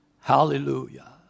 hallelujah